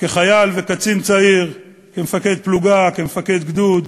כחייל וקצין צעיר, כמפקד פלוגה, כמפקד גדוד,